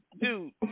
dude